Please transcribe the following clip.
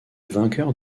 vainqueur